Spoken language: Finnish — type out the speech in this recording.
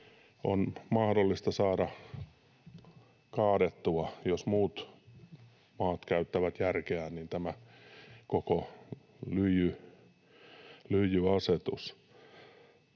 on mahdollista saada kaadettua, jos muut maat käyttävät järkeään, tämä koko lyijyasetus.